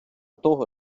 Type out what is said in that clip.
того